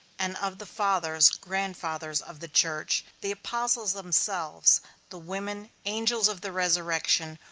and of the fathers, grandfathers of the church, the apostles themselves the women, angels of the resurrection,